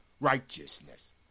righteousness